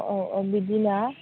औ औ बिदिना